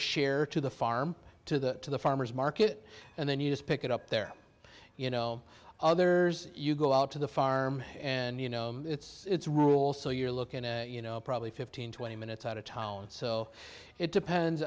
share to the farm to the to the farmer's market and then you just pick it up there you know others you go out to the farm and you know its rules so you're looking at you know probably fifteen twenty minutes out of tolerance so it depends